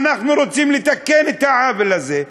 אנחנו רוצים לתקן את העוול הזה,